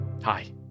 Hi